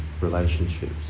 relationships